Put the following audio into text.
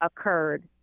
occurred